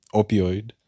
opioid